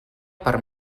per